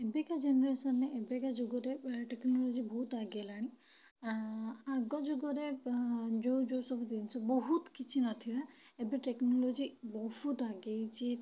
ଏବେକା ଜେନେରେଶନ୍ରେ ଏବେକା ଯୁଗରେ ବାୟୋ ଟେକ୍ନୋଲୋଜି ବହୁତ ଆଗେଇଲାଣି ଆଗ ଯୁଗରେ ଯେଉଁ ଯେଉଁ ସବୁ ଜିନିଷ ବହୁତ କିଛି ନଥିଲା ଏବେ ଟେକ୍ନୋଲୋଜି ବହୁତ ଆଗେଇଛି